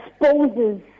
exposes